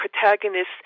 protagonists